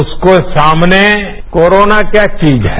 उसके सामने कोरोना क्या चीज है